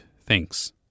thanks